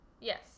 Yes